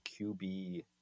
QB